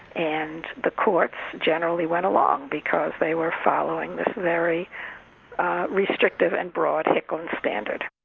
and the courts generally went along because they were following this very restrictive and broad hicklin standard.